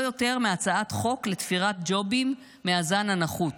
יותר מהצעת חוק לתפירת ג'ובים מהזן הנחות,